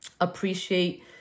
appreciate